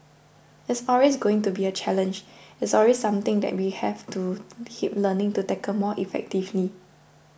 it's always going to be a challenge it's always something that we have to keep learning to tackle more effectively